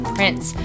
Prince